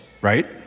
right